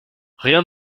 rien